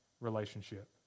relationship